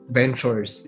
ventures